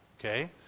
Okay